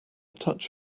touch